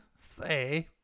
say